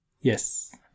yes